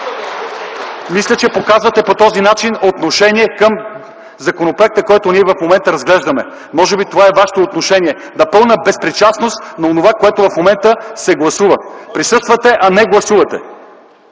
Мисля, че по този начин показвате отношение към законопроекта, който в момента разглеждаме. Може би това е вашето отношение – на пълна безпричастност към онова, което в момента се гласува. Присъствате, а не гласувате!